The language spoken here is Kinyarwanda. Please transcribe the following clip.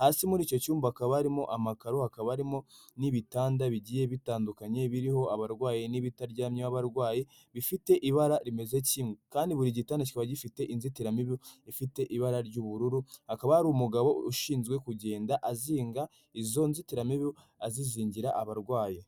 hasi muri icyo cyumba hakaba harimo amakaro, hakaba harimo n'ibitanda bigiye bitandukanye biriho abarwayi n'ibitaryamyeho abarwayi bifite ibara rimeze kimwe kandi buri gitanda kiba gifite inzitiramibu ifite ibara ry'ubururu, hakaba hari umugabo ushinzwe kugenda azinga izo nzitiramibu, azizingira abarwayi.